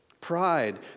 Pride